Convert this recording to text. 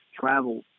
travel